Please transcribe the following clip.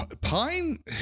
Pine